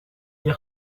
hier